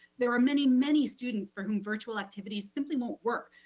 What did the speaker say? there are many, many students for whom virtual activities simply won't work,